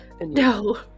No